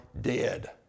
dead